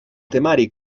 temari